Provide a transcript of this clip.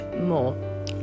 more